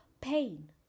pain